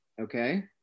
Okay